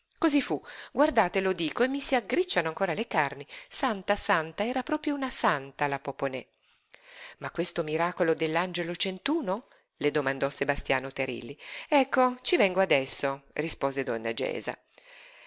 cosí fu guardate lo dico e mi s'aggricciano ancora le carni santa santa era proprio una santa la poponè ma questo miracolo dell'angelo centuno le domandò sebastiano terilli ecco ci vengo adesso rispose donna gesa